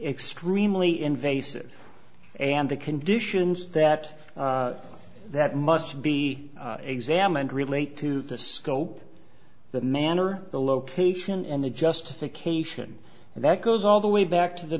extremely invasive and the conditions that that must be examined relate to the scope that manner the location and the justification and that goes all the way back to the